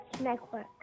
Network